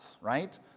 right